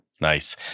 Nice